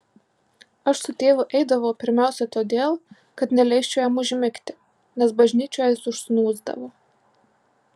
aš su tėvu eidavau pirmiausia todėl kad neleisčiau jam užmigti nes bažnyčioje jis užsnūsdavo